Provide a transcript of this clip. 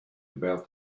about